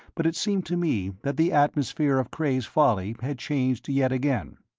but it seemed to me that the atmosphere of cray's folly had changed yet again.